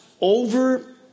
over